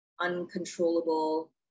uncontrollable